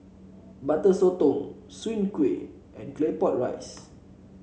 Butter Sotong Soon Kuih and Claypot Rice